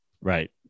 Right